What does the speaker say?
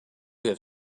have